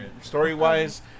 story-wise